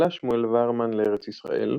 עלה שמואל וואהרמן לארץ ישראל,